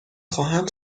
خواهم